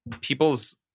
people's